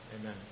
Amen